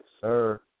Sir